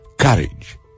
courage